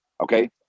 okay